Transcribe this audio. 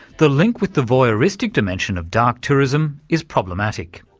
the link with the voyeuristic dimension of dark tourism, is problematic.